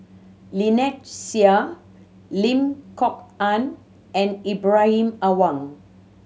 Lynnette Seah Lim Kok Ann and Ibrahim Awang